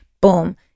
boom